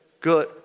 good